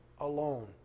alone